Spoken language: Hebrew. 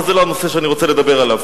אבל זה לא הנושא שאני רוצה לדבר עליו.